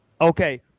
Okay